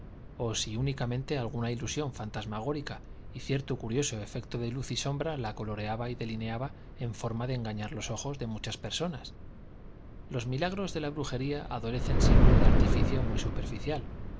o si únicamente alguna ilusión fantasmagórica y cierto curioso efecto de luz y sombra la coloreaba y delineaba en forma de engañar los ojos de muchas personas los milagros de la brujería adolecen siempre de artificio muy superficial